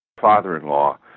father-in-law